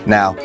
Now